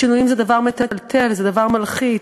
שינויים זה דבר מטלטל, זה דבר מלחיץ.